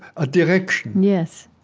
a direction, yes,